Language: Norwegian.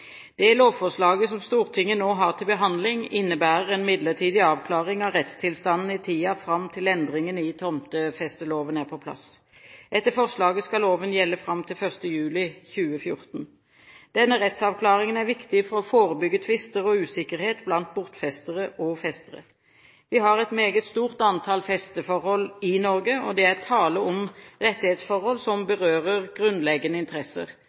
Det lovforslaget som Stortinget nå har til behandling, innebærer en midlertidig avklaring av rettstilstanden i tiden fram til endringene i tomtefesteloven er på plass. Etter forslaget skal loven gjelde fram til 1. juli 2014. Denne rettsavklaringen er viktig for å forebygge tvister og usikkerhet blant bortfestere og festere. Vi har et meget stort antall festeforhold i Norge, og det er tale om rettighetsforhold som berører grunnleggende interesser.